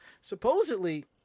Supposedly